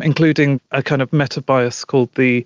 including a kind of meta-bias called the